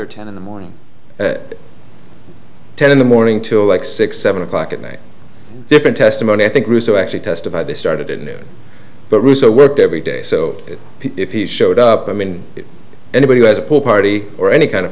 or ten in the morning ten in the morning till like six seven o'clock at night different testimony i think russo actually testified they started it but russo worked every day so if he showed up i mean anybody who has a pool party or any kind of